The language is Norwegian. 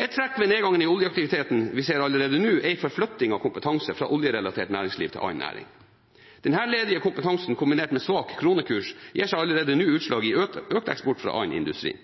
Et trekk ved nedgangen i oljeaktiviteten vi ser allerede nå, er en forflytting av kompetanse – fra oljerelatert næringsliv til annen næring. Denne ledige kompetansen kombinert med svak kronekurs gir seg allerede nå utslag i økt eksport fra annen industri.